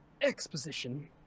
Exposition